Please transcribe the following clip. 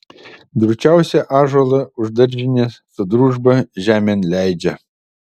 drūčiausią ąžuolą už daržinės su družba žemėn leidžia